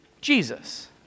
Jesus